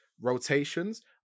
rotations